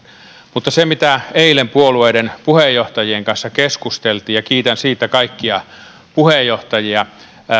mutta mitä tulee siihen mitä eilen puolueiden puheenjohtajien kanssa keskusteltiin ja kiitän siitä kaikkia puheenjohtajia